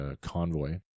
convoy